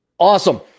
Awesome